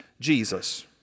Jesus